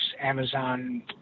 Amazon